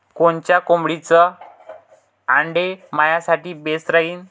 कोनच्या कोंबडीचं आंडे मायासाठी बेस राहीन?